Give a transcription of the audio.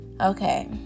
okay